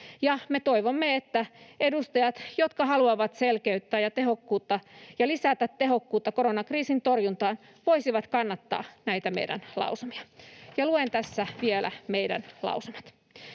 me toivomme, että edustajat, jotka haluavat selkeyttä ja tehokkuutta ja lisätä tehokkuutta koronakriisin torjuntaan, voisivat kannattaa näitä meidän lausumiamme. Luen tässä vielä meidän lausumat: